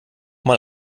mal